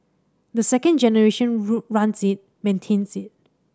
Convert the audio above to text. the second generation runs it maintains it